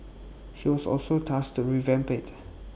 he was also tasked to revamp IT